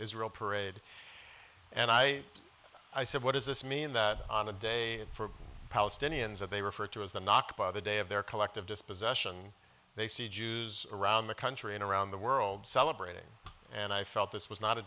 israel parade and i i said what does this mean that on a day for palestinians and they refer to as the naacp on the day of their collective dispossession they see jews around the country and around the world celebrating and i felt this was not a